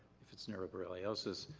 if it's neuroborreliosis,